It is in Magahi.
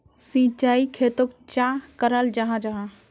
सिंचाई खेतोक चाँ कराल जाहा जाहा?